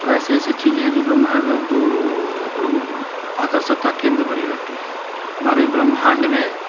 तो ऐसे ऐसे चीजे हैं जो ब्रह्माण्ड में हमको अ आकर्षक का केन्द्र बने रहती हैं ब्रह्माण्ड में